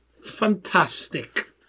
Fantastic